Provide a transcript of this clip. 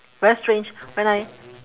very strange when I